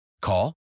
Call